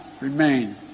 remain